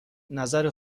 نظر